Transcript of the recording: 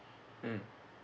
mm